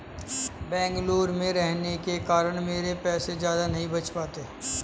बेंगलुरु में रहने के कारण मेरे पैसे ज्यादा नहीं बच पाते